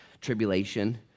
tribulation